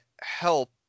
help